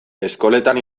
eskoletan